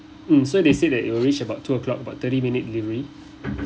mm so they said that it will reach about two o'clock but thirty minute delivery